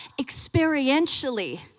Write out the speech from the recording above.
experientially